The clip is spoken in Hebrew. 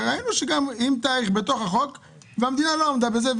וראינו שהמדינה לא עמדה בזה.